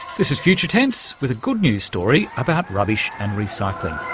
this is future tense, with a good-news story about rubbish and recycling.